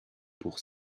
pour